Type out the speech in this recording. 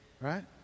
Right